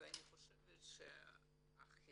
ואני חושבת שהחומר